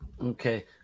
Okay